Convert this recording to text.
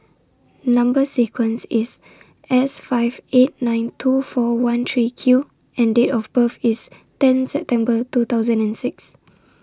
Number sequence IS S five eight nine two four one three Q and Date of birth IS ten September two thousand and six